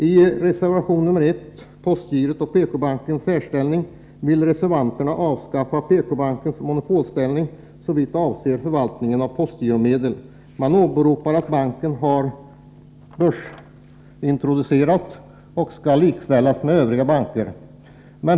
I reservation nr 1, om postgirots och PK-bankens särställning, vill reservanterna avskaffa PK-bankens monopolställning såvitt avser förvaltning av postgiromedlen. Man åberopar att banken har börsintroducerats och skall likställas med övriga banker.